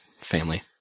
family